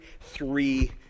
three